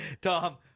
Tom